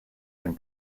and